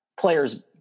players